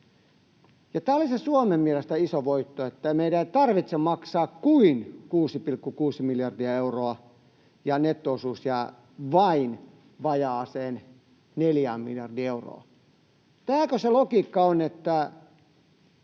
Tämä oli Suomen mielestä se iso voitto, että meidän ei tarvitse maksaa kuin 6,6 miljardia euroa ja netto-osuus jää vain vajaaseen 4 miljardiin euroon. Tämäkö se logiikka on, että